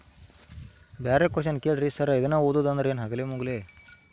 Sir ನಮ್ಮ ಮನ್ಯಾಗ ಅರಬಿ ತೊಳಿತಾರ ಅದಕ್ಕೆ ಸಾಲ ಸಿಗತೈತ ರಿ?